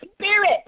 Spirit